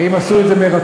האם עשו את זה מרצון?